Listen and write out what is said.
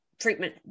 treatment